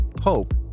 hope